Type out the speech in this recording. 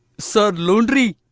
sir, laundry.